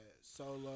Solo